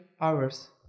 hours